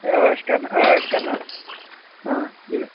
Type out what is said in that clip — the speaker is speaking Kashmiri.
ہے عٲش کرنہٕ عٲش کرنا اۭں